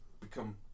become